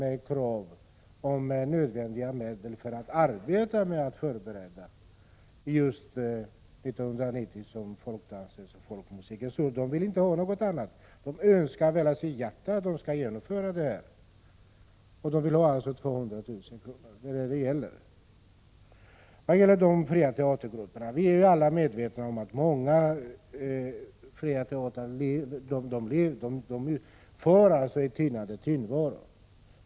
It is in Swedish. De har krävt nödvändiga medel för att kunna förbereda ett folkmusikens och dansens år 1990, och de önskar av hela sitt hjärta att detta skall kunna genomföras. Vi är alla medvetna om att många fria teatergrupper för en tynande tillvaro.